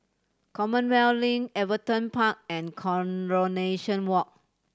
Commonwealth Link Everton Park and Coronation Walk